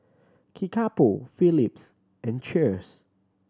Kickapoo Phillips and Cheers